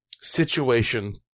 situation